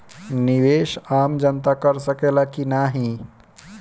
निवेस आम जनता कर सकेला की नाहीं?